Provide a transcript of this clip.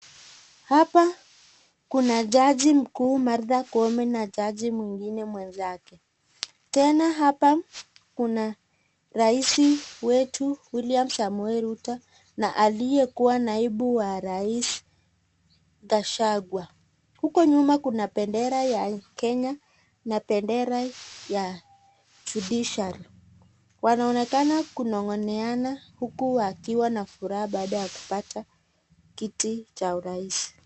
Hapa kuna jaji mkuu Martha Koome na jaji mwingine mwenzake tena hapa kuna rais wetu William Samoei Ruto na aliye kuwa naibu wa rais Gachagua. Huko nyuma kuna bendera ya Kenya na bendera ya judiciary .Wanaoneka kunongoneana baada ya kupata kiti cha urais.